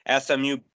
smu